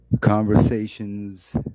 Conversations